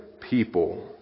people